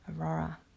Aurora